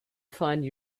find